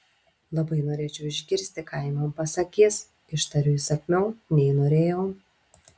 labai norėčiau išgirsti ką ji man pasakys ištariu įsakmiau nei norėjau